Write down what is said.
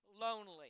lonely